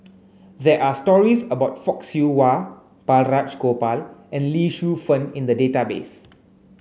there are stories about Fock Siew Wah Balraj Gopal and Lee Shu Fen in the database